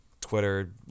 Twitter